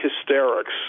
hysterics